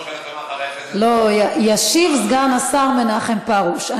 שהיושבת-ראש לא, לא, ישיב סגן השר מנחם פרוש.